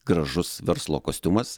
gražus verslo kostiumas